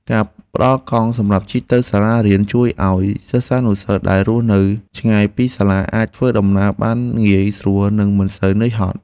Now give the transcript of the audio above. ការផ្តល់កង់សម្រាប់ជិះទៅសាលារៀនជួយឱ្យសិស្សានុសិស្សដែលរស់នៅឆ្ងាយពីសាលា អាចធ្វើដំណើរបានងាយស្រួលនិងមិនសូវហត់នឿយ។